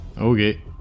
Okay